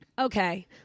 okay